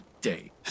day